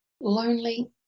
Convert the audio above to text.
lonely